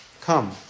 come